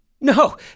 no